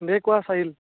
দে কোৱা চাহিল